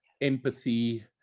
empathy